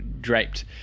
draped